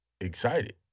excited